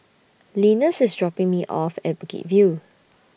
Linus IS dropping Me off At Bukit View